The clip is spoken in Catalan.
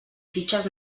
fitxes